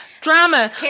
Drama